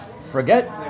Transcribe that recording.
Forget